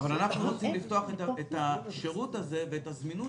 אבל אנחנו רוצים לפתוח את השירות הזה ואת הזמינות